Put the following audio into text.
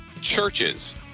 churches